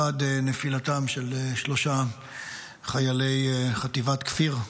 אחת היא נפילתם של שלושה חיילי חטיבת כפיר: